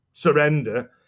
surrender